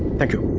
thank you.